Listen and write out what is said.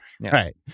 Right